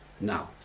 Now